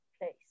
place